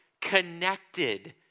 connected